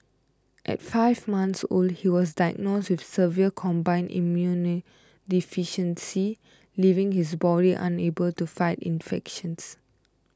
at five months old he was diagnosed with severe combined immunodeficiency leaving his body unable to fight infections